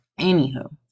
Anywho